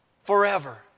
Forever